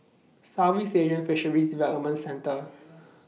Southeast Asian Fisheries Development Centre